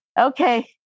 Okay